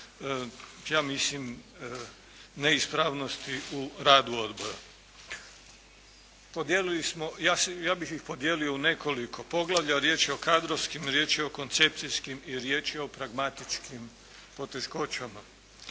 ja mislim neispravnosti u radu odbora. Podijelili, ja bih ih podijelio u nekoliko poglavlja. Riječ je o kadrovskim, riječ je o koncepcijskim i riječ je o pragmatičkim poteškoćama.